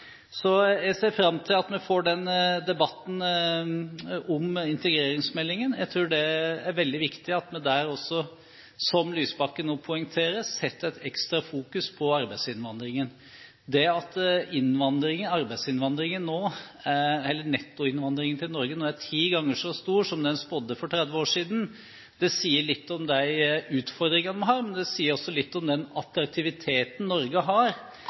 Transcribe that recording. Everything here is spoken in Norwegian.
Jeg ser fram til at vi får den debatten om integreringsmeldingen. Jeg tror det er veldig viktig at vi der, som Lysbakken også poengterer, setter et ekstra fokus på arbeidsinnvandringen. At nettoinnvandringen til Norge nå er ti ganger så stor som man spådde for 30 år siden, sier litt om de utfordringene vi har, men det sier også litt om den attraktiviteten Norge har